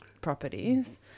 properties